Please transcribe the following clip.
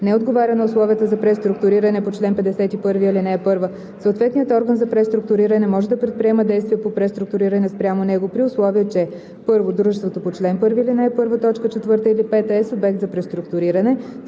не отговаря на условията за преструктуриране по чл. 51, ал. 1, съответният орган за преструктуриране може да предприема действия по преструктуриране спрямо него, при условие че: 1. дружеството по чл. 1, ал. 1, т. 4 или 5 е субект за преструктуриране;